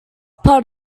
part